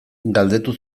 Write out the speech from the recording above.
galdetu